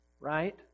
right